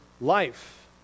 life